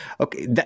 Okay